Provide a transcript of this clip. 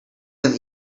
them